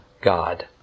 God